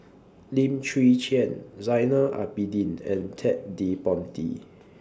Lim Chwee Chian Zainal Abidin and Ted De Ponti